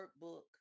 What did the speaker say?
workbook